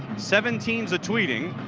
seven teams a tweeting,